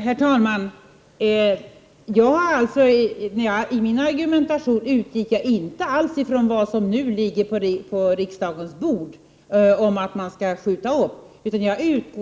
Herr talman! I min argumentering utgick jag alls inte från det uttalande som nu ligger på riksdagens bord och som handlar om att denna fråga skall skjutas upp, utan jag utgick